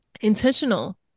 intentional